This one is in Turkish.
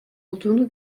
olduğunu